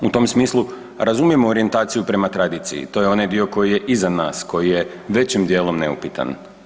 U tom smislu, razumijemo orijentaciju prema tradiciji, to je onaj dio koji je iza nas, koji je većim djelom neupitan.